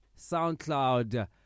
SoundCloud